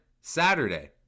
saturday